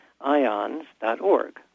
ions.org